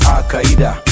Al-Qaeda